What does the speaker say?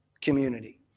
community